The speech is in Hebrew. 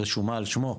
רשומה על שמו,